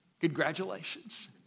Congratulations